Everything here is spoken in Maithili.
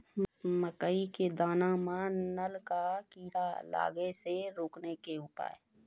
मकई के दाना मां नल का कीड़ा लागे से रोकने के उपाय?